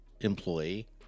employee